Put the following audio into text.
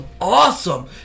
awesome